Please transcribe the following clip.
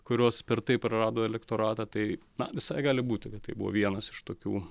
kurios per tai prarado elektoratą tai na visai gali būti tai buvo vienas iš tokių